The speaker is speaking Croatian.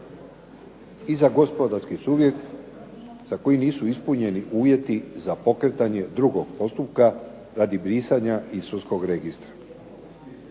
i za gospodarski subjekt za koji nisu ispunjeni uvjeti za pokretanje drugog postupka radi brisanja iz sudskog registra